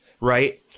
right